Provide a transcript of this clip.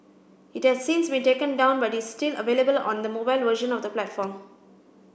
it has since been taken down but it's still available on the mobile version of the platform